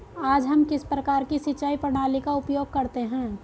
आज हम किस प्रकार की सिंचाई प्रणाली का उपयोग करते हैं?